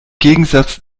gegensatz